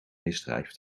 misdrijf